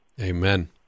Amen